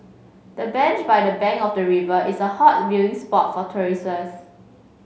the bench by the bank of the river is a hot viewing spot for tourists